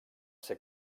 ser